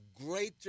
greater